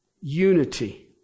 unity